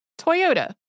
Toyota